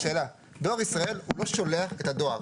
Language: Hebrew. דואר ישראל הוא לא השולח של הדואר,